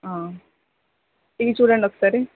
ఆ ఇవి చూడండి ఒకసారి